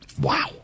Wow